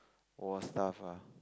war stuff ah